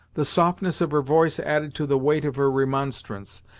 the softness of her voice added to the weight of her remonstrance,